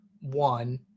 one